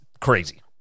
Crazy